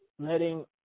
letting